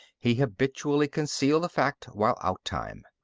he habitually concealed the fact while outtime.